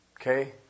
Okay